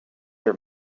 your